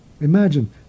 Imagine